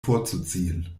vorzuziehen